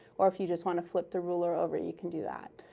or if you just want to flip the ruler over, you can do that.